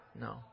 No